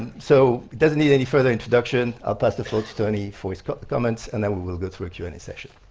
so he doesn't need any further introduction. i'll pass the floor to tony for his comments and then we will go through a q and a session.